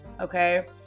Okay